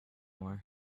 more